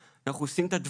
אנחנו לא מטרטרים אתכם סתם.